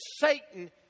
Satan